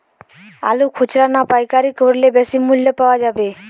আলু খুচরা না পাইকারি করলে বেশি মূল্য পাওয়া যাবে?